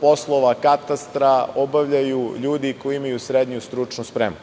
poslova katastra obavljaju ljudi koji imaju srednju stručnu spremu.